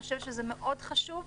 אני חושבת שזה מאוד חשוב.